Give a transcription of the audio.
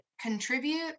contribute